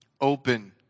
open